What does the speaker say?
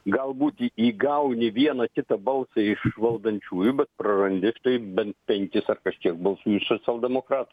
galbūt į įgauni vieną kitą balsą iš valdančiųjų bet prarandi taip bent penkis ar kažkiek balsų iš socialdemokratų